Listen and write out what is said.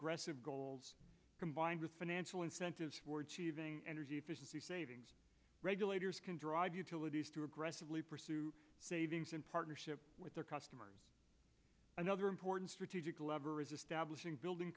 aggressive goals combined with financial incentives for energy efficiency savings regulators can drive utilities to aggressively pursue savings in partnership with their customers another important strategic lever is establishing building